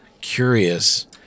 curious